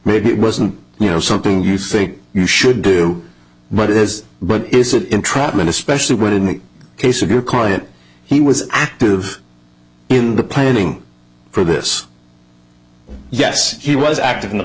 maybe it wasn't you know something you think you should do but it is but is it entrapment especially when in the case of your client he was active in the planning for this yes he was active in the